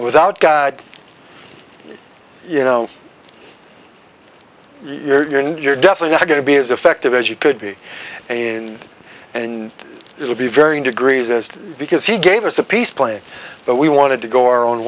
without god you know you're in you're definitely going to be as effective as you could be in and it will be varying degrees is because he gave us a peace plan but we wanted to go our own